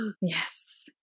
Yes